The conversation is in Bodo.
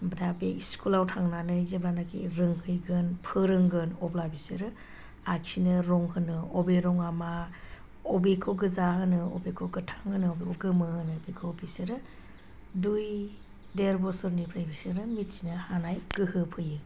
दा बे स्कुलाव थांनानै जेब्लानाखि रोंहैगोन फोरोंगोन अब्ला बिसोरो आखिनो रं होनो अबे रङा मा अबेखौ गोजा होनो अबेखौ गोथां होनो गोमो होनो बेखौ बिसोरो दुइ देर बोसोरनिफ्राय बिसोरो मिथिनो हानाय गोहो फैयो